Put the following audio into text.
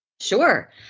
Sure